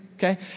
Okay